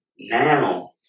now